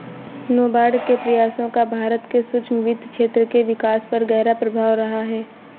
नाबार्ड के प्रयासों का भारत के सूक्ष्म वित्त क्षेत्र के विकास पर गहरा प्रभाव रहा है